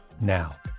now